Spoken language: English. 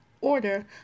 order